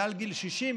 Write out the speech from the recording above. מעל גיל 60,